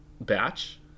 batch